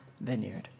vineyard